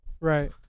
Right